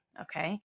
Okay